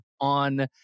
on